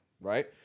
Right